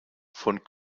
von